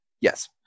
Yes